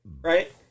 Right